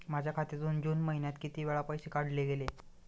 माझ्या खात्यातून जून महिन्यात किती वेळा पैसे काढले गेले?